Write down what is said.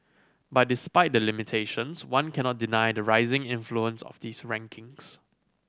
but despite the limitations one cannot deny the rising influence of these rankings